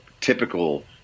typical